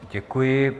Děkuji.